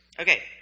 Okay